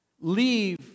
leave